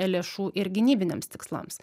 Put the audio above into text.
lėšų ir gynybiniams tikslams